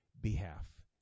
behalf